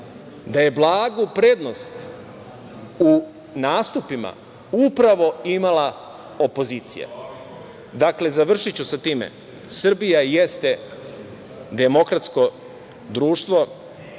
da je blagu prednost u nastupima upravo imala opozicija. Dakle, završiću sa time, Srbija jeste demokratsko društvo